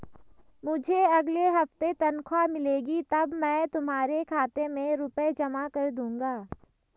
मुझे अगले हफ्ते तनख्वाह मिलेगी तब मैं तुम्हारे खाते में रुपए जमा कर दूंगा